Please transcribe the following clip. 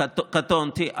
קטונתי.